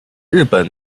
日本